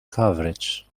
coverage